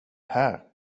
här